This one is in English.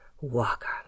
Walker